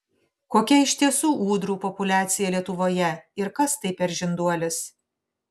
kokia iš tiesų ūdrų populiacija lietuvoje ir kas tai per žinduolis